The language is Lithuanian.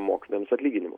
mokytojams atlyginimų